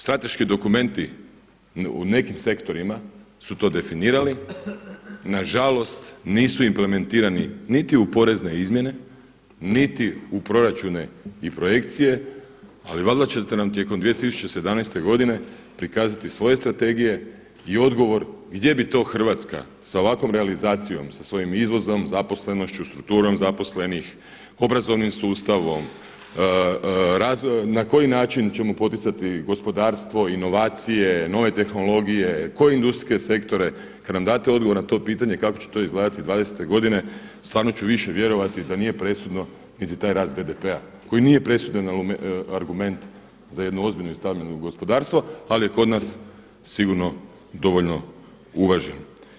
Strateški dokumenti u nekim sektorima su to definirali, nažalost nisu implementirani niti u porezne izmjene, niti u proračune i projekcije, ali valjda ćete nam tijekom 2017. godine prikazati svoje strategije i odgovor gdje bi to Hrvatska sa ovakvom realizacijom sa svojim izvozom zaposlenošću, strukturom zaposlenih, obrazovnim sustavom, na koji način ćemo poticati gospodarstvo, inovacije, nove tehnologije, koje industrijske sektore, kada nam date odgovor na to pitanje kako će to izgledati 2020. godine, stvarno ću više vjerovati da nije presudno niti taj rast BDP-a koji nije presudan argument za jednu ozbiljno i stabilno gospodarstvo ali je kod nas sigurno dovoljno uvažen.